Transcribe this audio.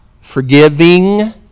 forgiving